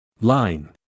Line